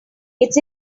it’s